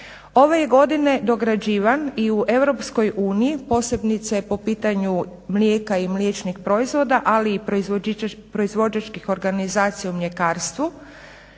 Ove je godine dograđivan i u EU posebice po pitanju mlijeka i mliječnih proizvoda ali i proizvođačkih organizacija u mljekarstvu